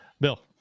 Bill